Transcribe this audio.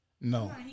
No